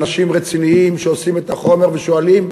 אנשים רציניים שעושים את החומר ושואלים: